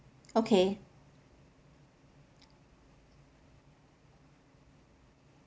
okay